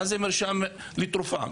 מה זה מרשם מתרופה?